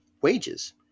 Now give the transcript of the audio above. wages